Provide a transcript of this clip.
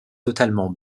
totalement